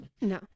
No